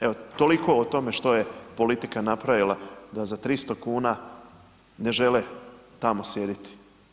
Evo toliko o tome što je politika napravila da za 300 kuna ne žele tamo sjediti.